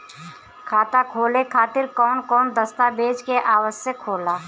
खाता खोले खातिर कौन कौन दस्तावेज के आवश्यक होला?